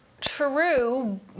True